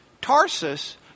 Tarsus